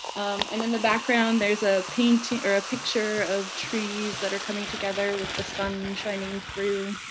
and in the background, there's a painting or a picture of trees that are coming together with the sun shining through.